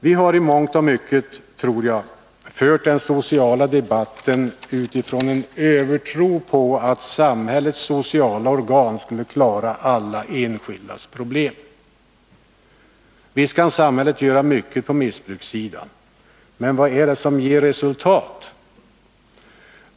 Vi har i mångt och mycket, tror jag, fört den sociala debatten utifrån en övertro på att samhällets sociala organ skulle klara alla enskildas problem. Visst kan samhället göra mycket på missbrukssidan, men vad ger resultat?